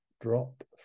drop